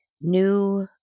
new